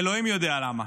אלוהים יודע למה.